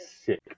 sick